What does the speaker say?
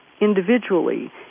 individually